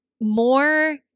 more